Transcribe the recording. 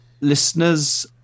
listeners